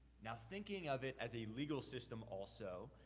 now, thinking of it as a legal system also,